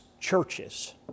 churches